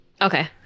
okay